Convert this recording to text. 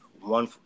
one